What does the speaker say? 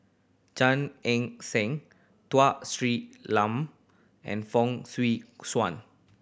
Gan Eng Seng Tun Sri Lanang and Fong Swee Suan